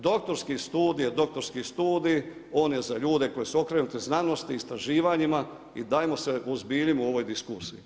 Doktorski studij je doktorski studij, on je za ljude koji su okrenuti znanosti, istraživanjima i dajmo se uozbiljimo u ovoj raspravi.